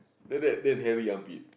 like that then hairy armpit